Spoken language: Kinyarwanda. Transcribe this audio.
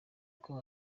uko